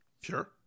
Sure